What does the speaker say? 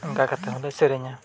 ᱚᱱᱠᱟ ᱠᱟᱛᱮᱫ ᱦᱚᱸᱞᱮ ᱥᱮᱨᱮᱧᱟ